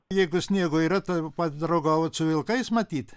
jeigu sniego yra taip pat draugaujat su vilkais matyt